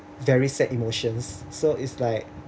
very sad emotions so is like